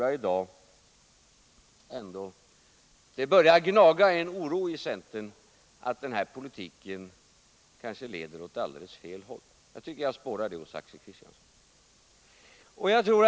Jag tror att en oro börjar gnaga hos centern över att denna politik kanske leder åt alldeles fel håll. Jag tycker att jag spårar det hos Axel Kristiansson.